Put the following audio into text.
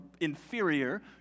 inferior